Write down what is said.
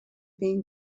been